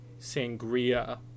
sangria